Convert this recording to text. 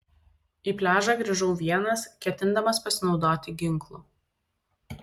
į pliažą grįžau vienas ketindamas pasinaudoti ginklu